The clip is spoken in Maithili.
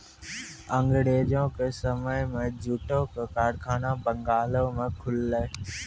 अंगरेजो के समय मे जूटो के कारखाना बंगालो मे खुललै